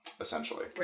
essentially